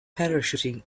parachuting